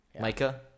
Micah